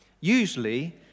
Usually